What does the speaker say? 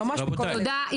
תודה,